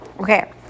okay